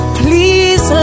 please